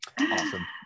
Awesome